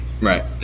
Right